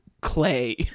clay